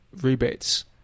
rebates